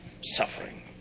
suffering